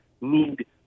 need